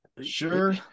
sure